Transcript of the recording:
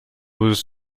was